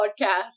Podcast